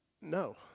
No